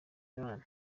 imana